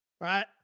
right